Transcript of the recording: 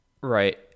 Right